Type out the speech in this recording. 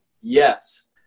yes